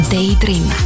Daydream